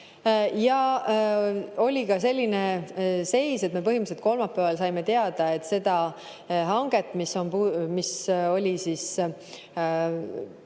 ja oli ka selline seis, et me põhimõtteliselt kolmapäeval saime teada, et seda hanget, mis pidi